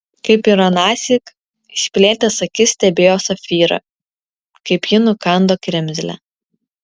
kaip ir anąsyk išplėtęs akis stebėjo safyrą kaip ji nukando kremzlę